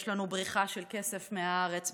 יש לנו בריחה של כסף מהארץ,